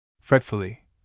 Fretfully